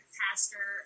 pastor